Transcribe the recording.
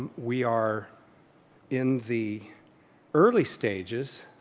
we are in the early stages,